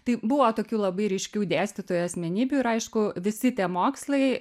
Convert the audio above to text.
tai buvo tokių labai ryškių dėstytojų asmenybių ir aišku visi tie mokslai